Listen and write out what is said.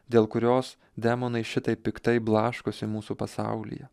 dėl kurios demonai šitaip piktai blaškosi mūsų pasaulyje